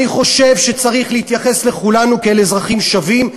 אני חושב שצריך להתייחס לכולנו כאל אזרחים שווים,